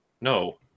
No